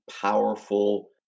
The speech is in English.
powerful